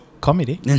comedy